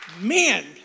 Man